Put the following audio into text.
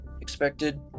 expected